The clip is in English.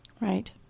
Right